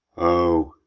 o,